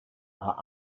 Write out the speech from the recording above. are